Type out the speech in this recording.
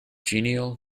genial